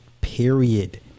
period